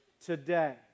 today